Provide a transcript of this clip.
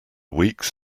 weeks